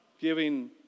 giving